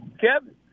Kevin